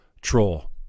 troll